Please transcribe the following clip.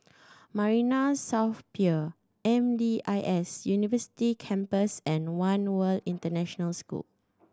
Marina South Pier M D I S University Campus and One World International School